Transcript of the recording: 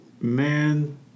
Man